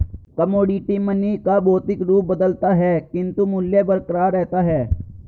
commodity money का भौतिक रूप बदलता है किंतु मूल्य बरकरार रहता है